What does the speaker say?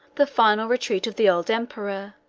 the final retreat of the old emperor,